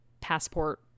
passport